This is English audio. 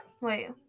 wait